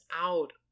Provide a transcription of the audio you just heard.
out